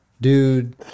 dude